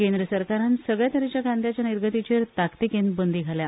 केंद्र सरकारान सगल्या तरेच्या कांद्याचे निर्गतीचेर ताकतिकेन बंदी घाल्या